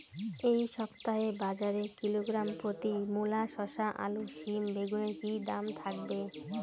এই সপ্তাহে বাজারে কিলোগ্রাম প্রতি মূলা শসা আলু সিম বেগুনের কী দাম থাকবে?